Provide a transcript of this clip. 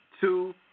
two